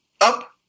up